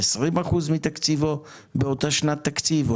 20% מתקציבו או 30% מתקציבו באותה שנת תקציב?